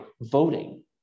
voting